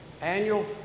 Annual